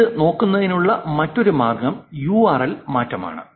ഇത് നോക്കുന്നതിനുള്ള മറ്റൊരു മാർഗ്ഗം യുആർഎൽ മാറ്റമാണ്